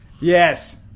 Yes